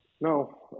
No